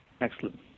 Excellent